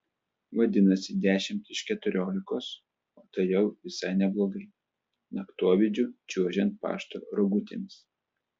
vadinasi dešimt iš keturiolikos o tai jau visai neblogai naktovidžiu čiuožiant pašto rogutėmis